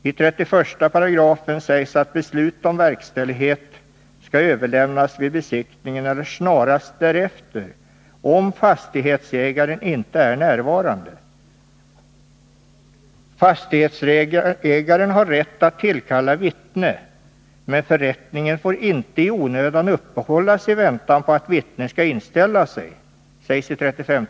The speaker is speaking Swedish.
Av 31 § framgår att beslut om verkställighet skall överlämnas vid besiktningen eller snarast därefter, om fastighetsägaren inte är närvarande. Fastighetsägaren har rätt att tillkalla vittne, men förrättningen får inte i onödan uppehållas i väntan på att vittne skall inställa sig, kan man läsa i 5.